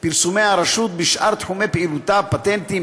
פרסומי הרשות בשאר תחומי פעילותה: פטנטים,